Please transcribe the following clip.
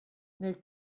nel